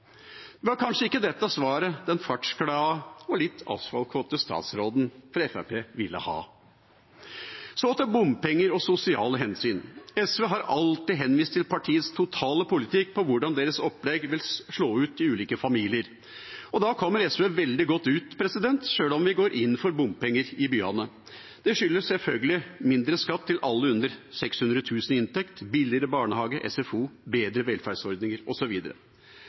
Det var kanskje ikke dette svaret den fartsglade og litt asfaltkåte statsråden fra Fremskrittspartiet ville ha. Så til bompenger og sosiale hensyn: SV har alltid henvist til partiets totale politikk for hvordan deres opplegg vil slå ut i ulike familier, og da kommer SV veldig godt ut, sjøl om vi går inn for bompenger i byene. Det skyldes selvfølgelig mindre skatt til alle med under 600 000 kr i inntekt, billigere barnehage og SFO, bedre velferdsordninger,